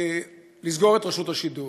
לסגור את רשות השידור.